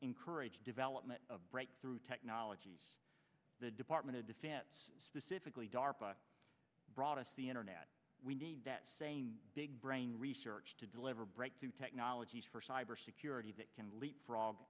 encourage development of breakthrough technologies the department of defense specifically darpa brought us the internet we need that same big brain research to deliver breakthrough technologies for cybersecurity that can leapfrog